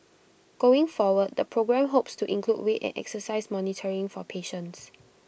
going forward the programme hopes to include weight and exercise monitoring for patients